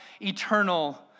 eternal